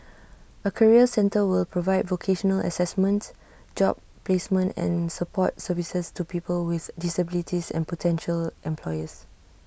A career centre will provide vocational Assessment job placement and support services to people with disabilities and potential employers